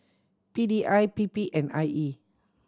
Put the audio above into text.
P D I P P and I E